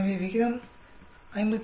எனவே F விகிதம் 57